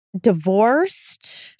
Divorced